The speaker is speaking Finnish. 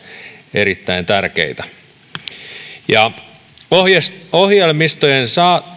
erittäin tärkeitä ohjelmistojen